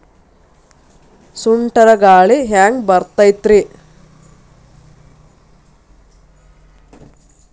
ಸುಂಟರ್ ಗಾಳಿ ಹ್ಯಾಂಗ್ ಬರ್ತೈತ್ರಿ?